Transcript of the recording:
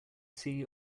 see